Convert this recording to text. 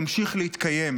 תמשיך להתקיים,